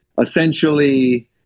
essentially